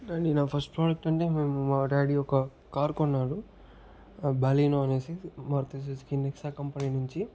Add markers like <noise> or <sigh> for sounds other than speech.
<unintelligible> నా first product అంటే మేము మా డాడీ ఒక కార్ కొన్నాడు బలినో అనేసి మారుతి సుజుకి నిక్స కంపెనీ నుంచి